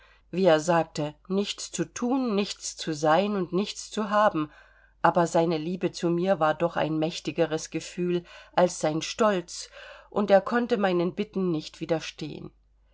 wie er sagte nichts zu thun nichts zu sein und nichts zu haben aber seine liebe zu mir war doch ein mächtigeres gefühl als sein stolz und er konnte meinen bitten nicht widerstehen